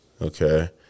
Okay